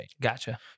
Gotcha